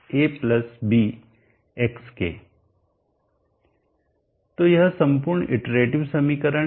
तो यह संपूर्ण इटरेटिव समीकरण है